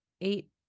eight